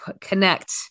connect